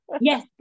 Yes